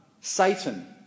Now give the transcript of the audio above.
Satan